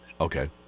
Okay